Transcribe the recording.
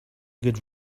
good